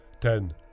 ten